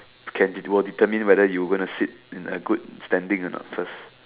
can will determine whether you will gonna sit in a good standing or not first